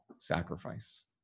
sacrifice